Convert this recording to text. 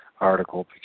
article